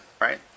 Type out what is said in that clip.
right